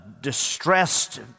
distressed